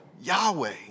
Yahweh